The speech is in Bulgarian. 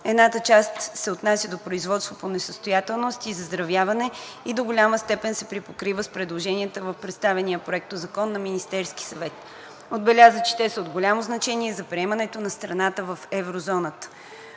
Едната част се отнася до производството по несъстоятелност и заздравяване и до голяма степен се припокрива с предложенията в представения проектозакон на Министерския съвет. Отбеляза, че те са от голямо значение за приемането на страната в еврозоната.